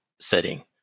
setting